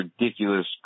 ridiculous